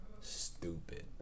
stupid